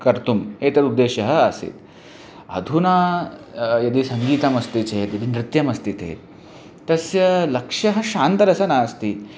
कर्तुम् एतद् उद्देशः आसीत् अधुना यदि सङ्गीतमस्ति चेद् यदि नृत्यमस्ति चेत् तस्य लक्ष्यः शान्तरसः नास्ति